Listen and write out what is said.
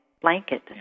blanket